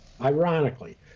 ironically